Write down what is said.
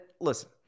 listen